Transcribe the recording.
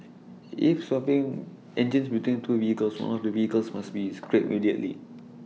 if swapping engines between two vehicles one of the vehicles must be scrapped immediately